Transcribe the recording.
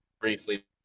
briefly